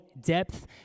depth